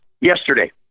yesterday